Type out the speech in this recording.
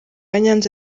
nyanza